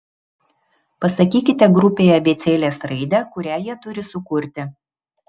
pasakykite grupei abėcėlės raidę kurią jie turi sukurti